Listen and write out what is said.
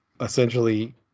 essentially